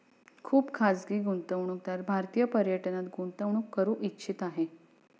खुप खाजगी गुंतवणूकदार भारतीय पर्यटनात गुंतवणूक करू इच्छित आहे